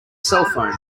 cellphone